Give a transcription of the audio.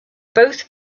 both